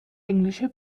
englische